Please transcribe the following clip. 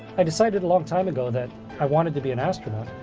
i decided a long time ago that i wanted to be an astronaut,